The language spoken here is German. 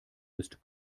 ist